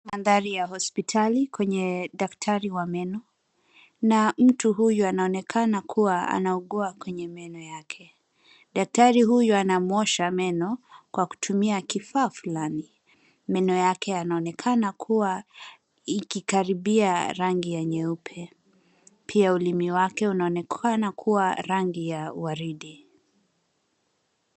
Mandhari ya hospitali kwenye daktari wa meno na mtu huyu anaonekana kuwa anaugua kwenye meno yake. Daktari huyu anamuoshwa meno kwa kutumia kifaa fulani. Meno yake yanaonekana kuwa ikikaribia rangi ya nyeupe. Pia ulimi wake unaonekana kuwa rangi ya waridi.